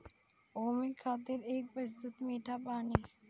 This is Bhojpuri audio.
ओमें खातिर एक प्रतिशत मीठा पानी